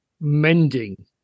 mending